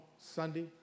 Sunday